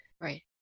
Right